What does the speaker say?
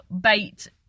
bait